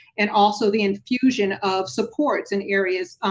and also the infusion of supports in areas,